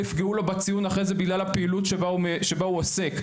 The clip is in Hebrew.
יפגעו לו בציון אחרי זה בגלל הפעילות שבה הוא עוסק,